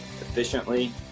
efficiently